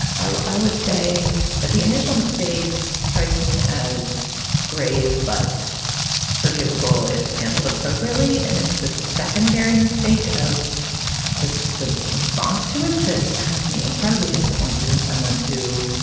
ah i i would say that the initial mistake strikes me as grave but forgivable if handled appropriately. and it's the secondary mistake of the the response to it that has me incredibly disappointed in someone who.